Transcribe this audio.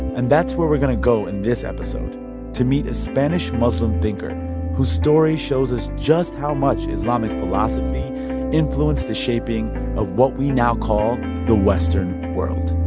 and that's where we're going to go in this episode to meet a spanish muslim thinker whose story shows us just how much islamic philosophy influenced the shaping of what we now call the western world